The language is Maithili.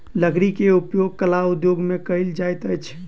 लकड़ी के उपयोग कला उद्योग में कयल जाइत अछि